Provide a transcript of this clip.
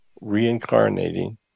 reincarnating